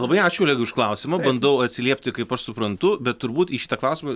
labai ačiū už klausimą bandau atsiliepti kaip aš suprantu bet turbūt į šitą klausimą